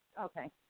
Okay